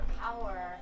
power